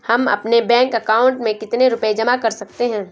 हम अपने bank account में कितने रुपये जमा कर सकते हैं?